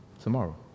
Tomorrow